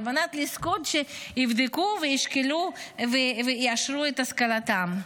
על מנת לזכות שיבדקו וישקלו ויאשרו את השכלתם?